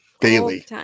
daily